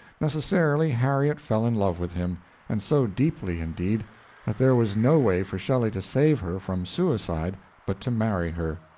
necessarily, harriet fell in love with him and so deeply, indeed that there was no way for shelley to save her from suicide but to marry her.